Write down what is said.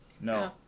No